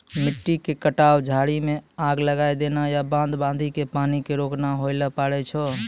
मिट्टी के कटाव, झाड़ी मॅ आग लगाय देना या बांध बांधी कॅ पानी क रोकना होय ल पारै छो